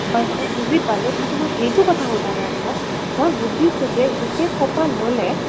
হয় হয় বুজি পালোঁ কিন্তু মই সেইটো কথা সুধা নাই আপোনাক মই সুধিছোঁ যে গোটেইসোপা ল'লে